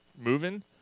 moving